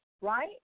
right